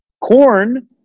Corn